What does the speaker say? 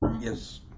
Yes